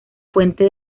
fuente